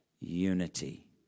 Unity